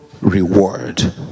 reward